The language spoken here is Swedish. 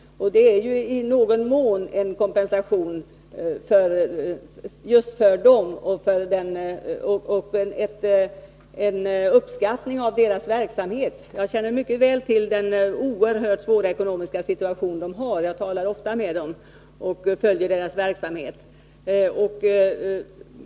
Det är i någon mån en kompensation och ett bevis på uppskattning av deras verksamhet. Jag känner mycket väl till organisationernas oerhört svåra ekonomiska 49 situation. Jag talar ofta med företrädare för dessa organisationer och följer deras verksamhet.